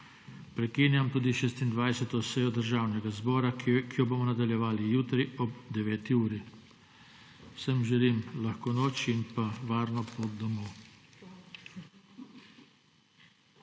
Prekinjam tudi 26. sejo Državnega zbora, ki jo bomo nadaljevali jutri ob 9. uri. Vsem želim lahko noč in pa varno pot domov.